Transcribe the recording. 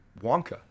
Wonka